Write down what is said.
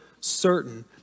certain